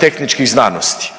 tehničkih znanosti,